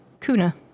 Kuna